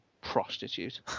prostitute